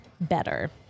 better